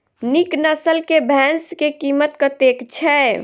नीक नस्ल केँ भैंस केँ कीमत कतेक छै?